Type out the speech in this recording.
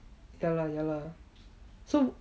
ya lah ya lah so